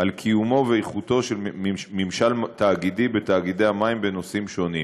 על קיומו ואיכותו של ממשל תאגידי בתאגידי המים בנושאים שונים.